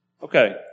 Okay